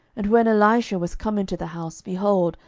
and when elisha was come into the house, behold,